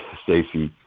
stacey.